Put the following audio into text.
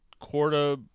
quarter